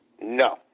No